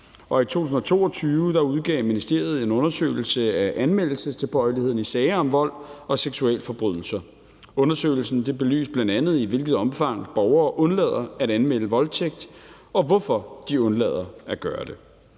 I 2022 udgav ministeriet en undersøgelse af anmeldelsestilbøjeligheden i sager om vold og seksualforbrydelser. Undersøgelsen belyste bl.a., i hvilket omfang borgere undlader at anmelde voldtægt, og hvorfor de undlader at gøre det.